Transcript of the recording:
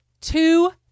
two